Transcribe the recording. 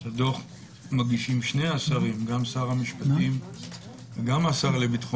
את הדוח מגישים שני השרים - גם שר המשפטים וגם השר לביטון